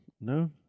No